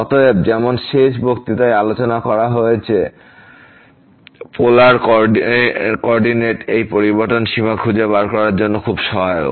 অতএব যেমন শেষ বক্তৃতায় আলোচনা করা হয়েছে পোলার কো অর্ডিনেটে এই পরিবর্তন সীমা খুঁজে বের করার জন্য খুবই সহায়ক